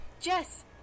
jess